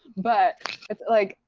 but like,